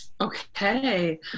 Okay